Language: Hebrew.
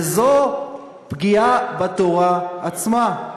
וזו פגיעה בתורה עצמה.